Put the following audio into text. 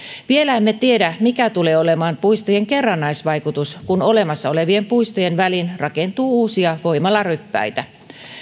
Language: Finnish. vielä emme tiedä mikä tulee olemaan puistojen kerrannaisvaikutus kun olemassa olevien puistojen väliin rakentuu uusia voimalaryppäitä